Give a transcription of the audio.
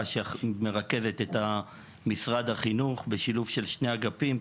שמרכזת את משרד החינוך בשילוב של שני אגפים,